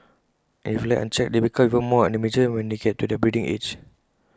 and if left unchecked they become even more unmanageable when they get to their breeding age